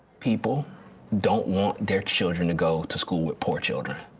people don't want their children to go to school with poor children.